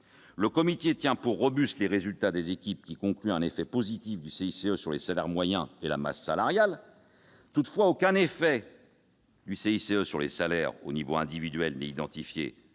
Le comité tient pour robustes les résultats des équipes qui concluent à un effet positif du CICE sur les salaires moyens et la masse salariale. Toutefois, aucun effet du CICE sur les salaires au niveau individuel n'est identifié